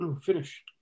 finish